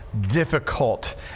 difficult